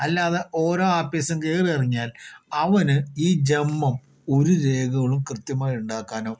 അല്ലാതെ ഒരോ ആപ്പീസും കേറിയിറങ്ങിയാൽ അവനു ഈ ജന്മം ഒരു രേഖകളും കൃത്യമായി ഉണ്ടാക്കാനോ